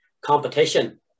competition